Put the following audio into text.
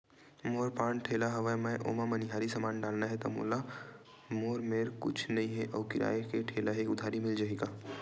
मोर पान ठेला हवय मैं ओमा मनिहारी समान डालना हे मोर मेर कुछ नई हे आऊ किराए के ठेला हे उधारी मिल जहीं का?